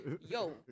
yo